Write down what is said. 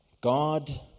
God